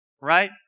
Right